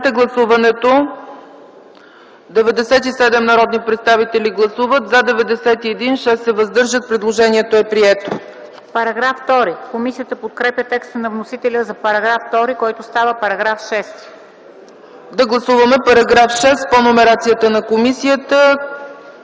Да гласуваме § 6 по номерацията на комисията,